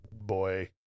boy